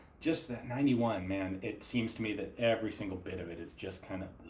just that ninety one, man. it seems to me that every single bit of it is just kinda